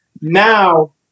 now